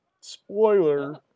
Spoiler